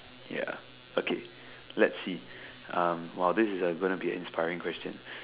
ya okay let's see um !wow! this is a gonna be an inspiring question